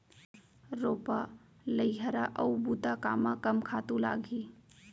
रोपा, लइहरा अऊ बुता कामा कम खातू लागही?